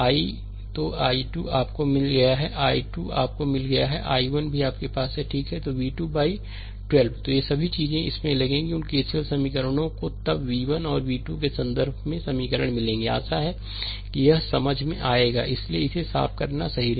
1 तो i 2 आपको मिल गया है i 2 आपको मिल गया है और I 1 भी आपके पास है ठीक है v 2 बाइ 12 तो ये सभी चीजें इसमें लगेंगी उन केसीएल समीकरणों को तब v 1 और v 2 के संदर्भ में समीकरण मिलेंगे आशा है कि यह समझ में आएगा इसलिए इसे साफ करना सही है